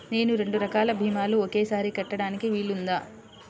నేను రెండు రకాల భీమాలు ఒకేసారి కట్టడానికి వీలుందా?